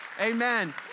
Amen